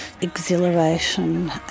exhilaration